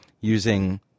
using